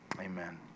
amen